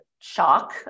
shock